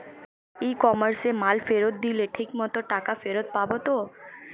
ই কমার্সে মাল ফেরত দিলে ঠিক মতো টাকা ফেরত পাব তো?